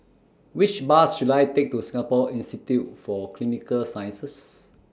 Which Bus should I Take to Singapore Institute For Clinical Sciences